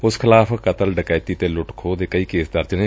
ਉਸ ਖਿਲਾਫ਼ ਕ਼ਤਲ ਡਕੈਤੀ ਅਤੇ ਲੁੱਟਖੋਹ ਦੇ ਕਈ ਕੇਸ ਦਰਜ ਨੇ